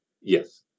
Yes